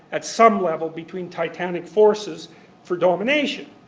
at some level, between titanic forces for domination.